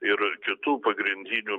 ir kitų pagrindinių